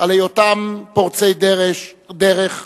על היותם פורצי דרך,